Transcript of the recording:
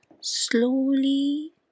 slowly